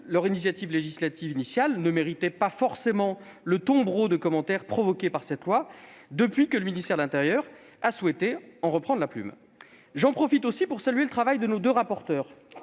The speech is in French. leur initiative législative initiale ne méritait pas forcément le tombereau de commentaires provoqué par ce texte depuis que le ministère de l'intérieur a souhaité reprendre la plume. J'en profite également pour saluer très sincèrement le travail de nos deux rapporteurs,